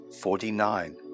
Forty-nine